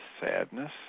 sadness